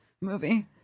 movie